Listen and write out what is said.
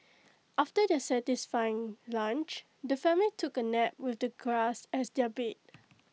after their satisfying lunch the family took A nap with the grass as their bed